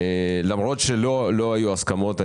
למרות שלא היו הסכמות,